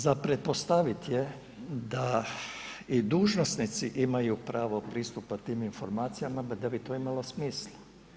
Za pretpostavit je da i dužnosnici imaju pravo pristupa tim informacijama da bi to imalo smisla.